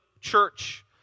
church